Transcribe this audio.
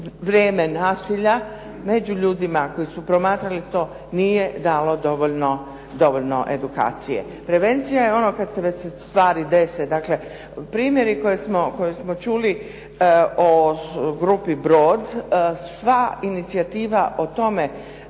vrijeme nasilja, među ljudima koji su promatrali to nije dalo dovoljno edukacije. Prevencija je ono kad se već stvari dese, dakle primjeri koji smo čuli o grupi "Brod", sva inicijativa o tome